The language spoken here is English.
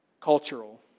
cultural